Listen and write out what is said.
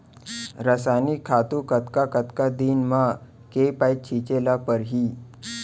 रसायनिक खातू कतका कतका दिन म, के पइत छिंचे ल परहि?